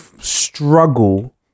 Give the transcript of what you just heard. struggle